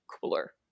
cooler